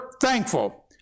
thankful